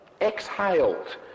exhaled